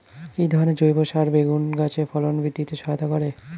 কি ধরনের জৈব সার বেগুন গাছে ফলন বৃদ্ধিতে সহায়তা করে?